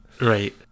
Right